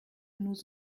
nous